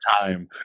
time